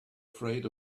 afraid